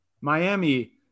Miami